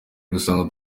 gusanga